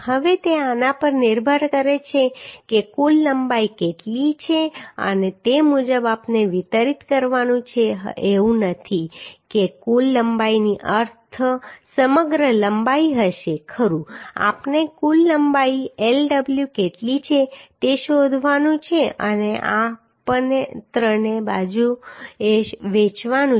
હવે તે આના પર નિર્ભર કરે છે કે કુલ લંબાઈ કેટલી છે અને તે મુજબ આપણે વિતરિત કરવાનું છે એવું નથી કે કુલ લંબાઈનો અર્થ સમગ્ર લંબાઈ હશે ખરું કે આપણે કુલ લંબાઈ Lw કેટલી છે તે શોધવાનું છે અને આપણે ત્રણ બાજુએ વહેંચવાનું છે